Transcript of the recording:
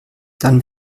dann